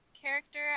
character